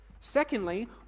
Secondly